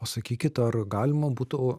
o sakykit ar galima būtų